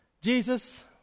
Jesus